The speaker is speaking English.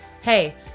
Hey